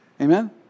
Amen